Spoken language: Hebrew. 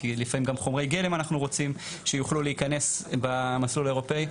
כי לפעמים גם חומרי גלם אנחנו רוצים שיוכלו להיכנס במסלול האירופי.